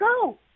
go